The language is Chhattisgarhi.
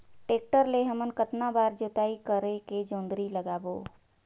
टेक्टर ले हमन कतना बार जोताई करेके जोंदरी लगाबो?